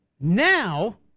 Now